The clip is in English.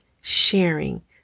sharing